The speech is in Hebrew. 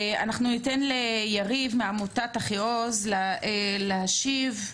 אנחנו ניתן ליריב מעמותת "אחיעוז" להשיב.